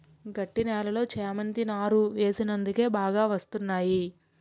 గట్టి నేలలో చేమంతి నారు వేసినందుకే బాగా పూస్తున్నాయి